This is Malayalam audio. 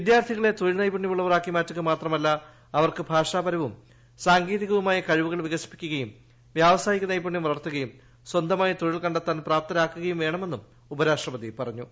വിദ്യാർത്ഥികളെ തൊഴിൽ നൈപുണ്യമുള്ളവർ ആക്കി മാറ്റുക മാത്രമല്ല അവർക്ക് ഭാഷാപരവും സാങ്കേതികവുമായ കഴിവുകൾ വികസിപ്പിക്കുകയും വ്യാവസായിക നൈപുണ്യം വളർത്തുകയും സ്വന്തമായി തൊഴിൽ കണ്ടെ ത്താൻ പ്രാപ്തരാക്കുകയും വേണമെന്നും ഉപരാഷ്ട്രപതി പറഞ്ഞു